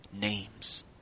Names